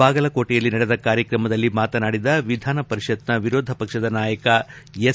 ಬಾಗಲಕೋಟೆಯಲ್ಲಿ ನಡೆದ ಕಾರ್ಯಕ್ರಮದಲ್ಲಿ ಮಾತನಾಡಿದ ವಿಧಾನ ಪರಿಷತ್ನ ವಿರೋಧ ಪಕ್ಷದ ನಾಯಕ ಎಸ್